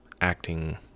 acting